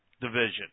division